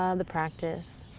ah the practice.